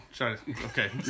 Okay